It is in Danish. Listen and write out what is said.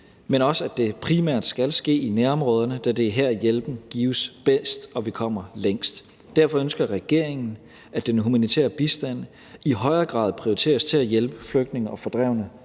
men også, at det primært skal ske i nærområderne, da det er her, hjælpen gives bedst, og vi kommer længst. Derfor ønsker regeringen, at den humanitære bistand i højere grad prioriteres til at hjælpe flygtninge og fordrevne